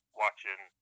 watching